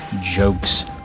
jokes